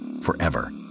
forever